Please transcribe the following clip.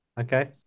okay